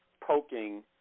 poking